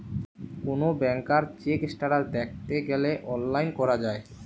কোন ব্যাংকার check status দ্যাখতে গ্যালে অনলাইন করা যায়